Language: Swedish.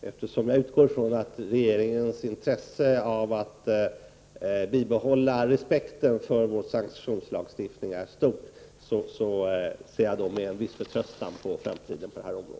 eftersom jag utgår från att regeringens intresse av att bibehålla respekten för vår sanktionslagstiftning är stor, ser jag med en viss förtröstan på framtiden på detta område.